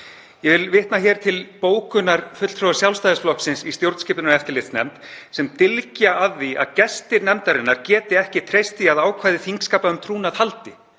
Ég vil vitna hér til bókunar fulltrúa Sjálfstæðisflokksins í stjórnskipunar- og eftirlitsnefnd sem dylgja að því að gestir nefndarinnar geti ekki treyst því að ákvæði þingskapa um trúnað haldi.